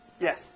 Yes